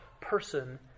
person